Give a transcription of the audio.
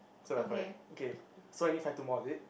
so we're correct okay so I need find two more is it